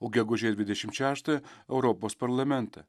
o gegužės dvidešimt šeštą europos parlamentą